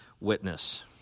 witness